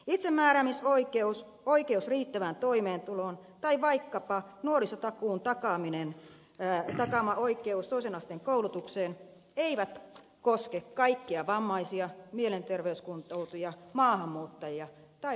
itsemääräämisoikeus oikeus riittävään toimeentuloon tai vaikkapa nuorisotakuun takaama oikeus toisen asteen koulutukseen eivät koske kaikkia vammaisia mielenterveyskuntoutujia maahanmuuttajia tai romaneja